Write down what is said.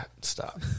Stop